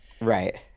Right